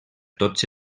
tots